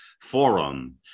forum